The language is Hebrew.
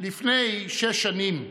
לפני שש שנים,